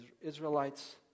Israelites